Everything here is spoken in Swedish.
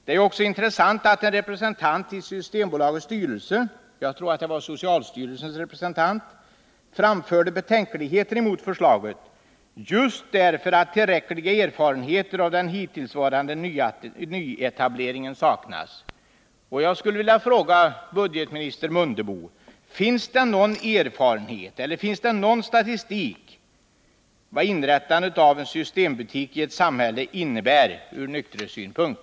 Det är också intressant att en ledamot av Systembolagets styrelse — jag tror att det var socialstyrelsens representant — framförde betänkligheter mot förslaget just därför att tillräckliga erfarenheter av den hittillsvarande nyetableringen saknas. Jag vill fråga budgetminister Mundebo: Finns det någon erfarenhet av eller någon statistik över vad inrättande av en systembutik i ett samhälle innebär från nykterhetssynpunkt?